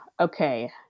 Okay